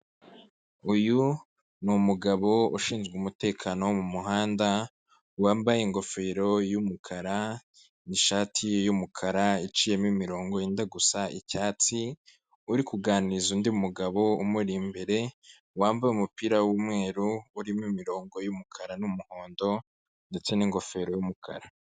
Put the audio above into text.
Uyu ni umugabo ushinzwe umutekano wo mu muhanda, wambaye ingofero y'umukara, n'ishati y'umukara iciyemo imirongo yenda gusa icyatsi, uri kuganiriza undi mugabo umuri imbere, wambaye umupira w'umweru urimo imirongo y'umukara umuhondo ndetse n'ingofero y'umukara.